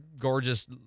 gorgeous